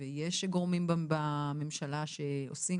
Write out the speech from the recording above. ויש גורמים בממשלה שעושים,